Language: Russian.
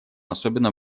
особенно